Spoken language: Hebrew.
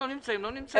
אין דבר כזה שהוא נדחה.